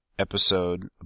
Episode